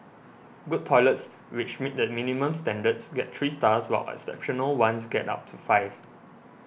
good toilets which meet the minimum standards get three stars while exceptional ones get up to five